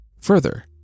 Further